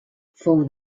fou